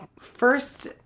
First